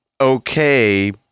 okay